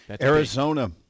Arizona